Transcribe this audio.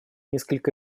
несколько